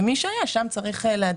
ומי שהיה אצלו שינוי הוא צריך לעדכן.